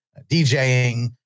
DJing